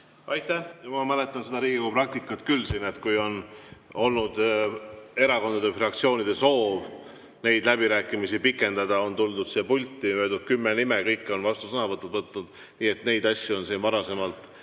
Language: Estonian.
Aitäh! Ma mäletan seda Riigikogu praktikat küll, et kui on olnud erakondade fraktsioonide soov läbirääkimisi pikendada, siis on tuldud siia pulti, öeldud kümme nime ja kõik on vastusõnavõtu võtnud. Nii et neid asju on siin varasemalt